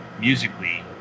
musically